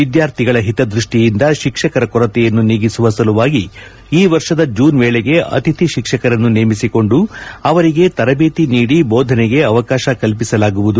ವಿದ್ಯಾರ್ಥಿಗಳ ದೃಷ್ಟಿಯಿಂದ ಶಿಕ್ಷಕರ ಕೊರತೆಯನ್ನು ನೀಗಿಸುವ ಸಲುವಾಗಿ ಈ ವರ್ಷದ ವೇಳೆಗೆ ಅತಿಥಿ ಶಿಕ್ಷಕರನ್ನು ನೇಮಿಸಿಕೊಂಡು ಅವರಿಗೆ ತರಟೇತಿ ನೀಡಿ ಭೋದನೆಗೆ ಅವಕಾಶ ಕಲ್ಪಿಸಲಾಗುವುದು